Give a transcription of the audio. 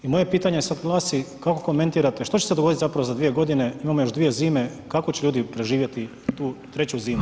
I moje pitanje sad glasi kako komentirate što će se dogoditi zapravo za 2 godine, imamo još dvije zime kako će ljudi preživjeti tu treću zimu?